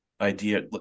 idea